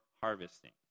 harvesting